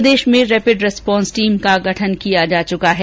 प्रदेश में rapid response team का गठन किया जा चुका है